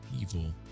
evil